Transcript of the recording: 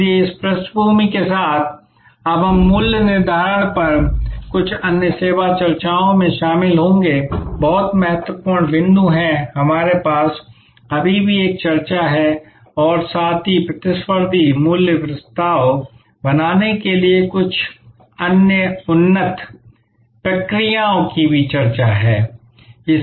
इसलिए इस पृष्ठभूमि के साथ अब हम मूल्य निर्धारण पर कुछ अन्य शेष चर्चाओं में शामिल होंगे बहुत महत्वपूर्ण बिंदु है कि हमारे पास अभी भी एक चर्चा है और साथ ही प्रतिस्पर्धी मूल्य प्रस्ताव बनाने के लिए कुछ अन्य उन्नत प्रक्रियाओं की भी चर्चा है